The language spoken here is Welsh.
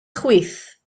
chwith